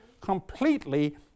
completely